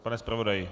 Pane zpravodaji.